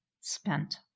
spent